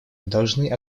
должны